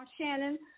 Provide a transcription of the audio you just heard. Shannon